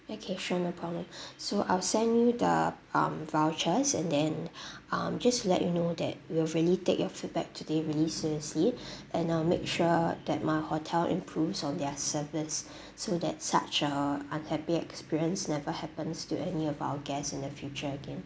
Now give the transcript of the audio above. okay sure no problem so I'll send you the um vouchers and then um just let you know that we will really take your feedback today really seriously and I'll make sure that my hotel improves on their service so that such a unhappy experience never happens to any of our guest in the future again